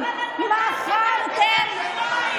אבל את, מכרתם.